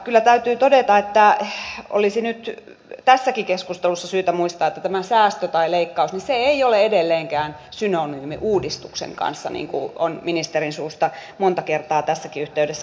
kyllä täytyy todeta että olisi nyt tässäkin keskustelussa syytä muistaa että tämä säästö tai leikkaus ei ole edelleenkään synonyymi uudistuksen kanssa niin kuin on ministerin suusta monta kertaa tässäkin yhteydessä kuultu